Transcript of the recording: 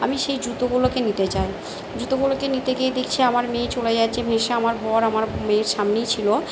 আমি সেই জুতোগুলোকে নিতে যাই জুতোগুলোকে নিতে গিয়ে দেখছি আমার মেয়ে চলে যাচ্ছে ভেসে আমার বর আমার মেয়ের সামনেই ছিল